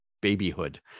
babyhood